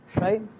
right